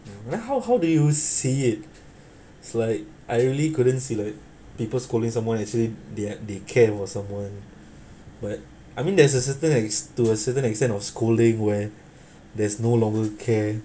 like how how did you see it it's like I really couldn't see like people scolding someone actually they are they care for someone but I mean there's a certain ex~ to a certain extent of scolding where there's no longer care